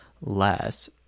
less